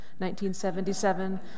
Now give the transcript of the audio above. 1977